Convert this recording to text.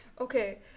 Okay